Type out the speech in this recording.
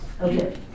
Okay